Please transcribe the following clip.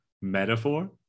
metaphor